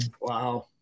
Wow